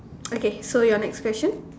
okay so your next question